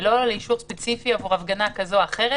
ולא על אישור ספציפי עבור הפגנה כזאת או אחרת,